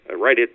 right